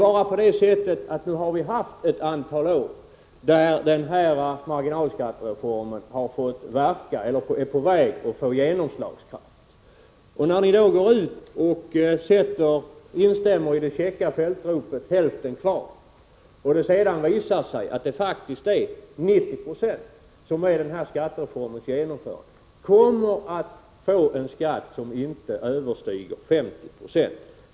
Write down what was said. Marginalskattereformen har nu fått verka ett antal år och är på väg att få sin genomslagskraft. Nu går ni ut och instämmer i det käcka fältropet ”Hälften kvar”. Det visar sig dock att det faktiskt är 90 76 som med skattereformens genomförande kommer att få en skatt som inte överstiger 50 26.